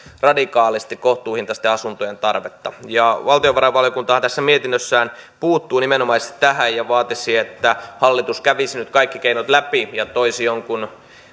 radikaalisti kohtuuhintaisten asuntojen tarvetta valtiovarainvaliokuntahan tässä mietinnössään puuttui nimenomaisesti tähän ja vaati että hallitus kävisi nyt kaikki keinot läpi ja toisi jonkun